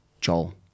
Joel